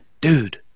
dude